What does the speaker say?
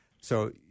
So-